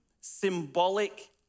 symbolic